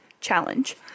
challenge